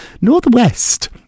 Northwest